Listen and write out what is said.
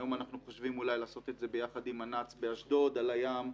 היום אנחנו חושבים אולי לעשות את זה ביחד עם --- באשדוד על הים.